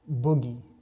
Boogie